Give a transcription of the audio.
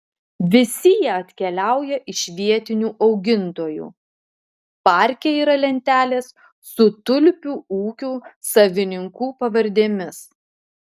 visi jie atkeliauja iš vietinių augintojų parke yra lentelės su tulpių ūkių savininkų pavardėmis